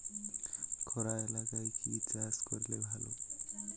খরা এলাকায় কি চাষ করলে ভালো?